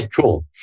cool